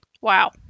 Wow